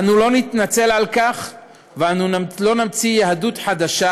אנו לא נתנצל על כך ולא נמציא יהדות חדשה,